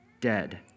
dead